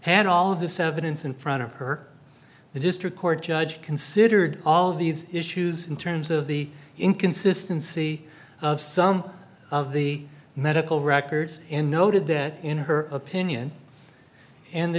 had all of this evidence in front of her the district court judge considered all of these issues in terms of the inconsistency of some of the medical records in noted that in her opinion in the